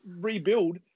rebuild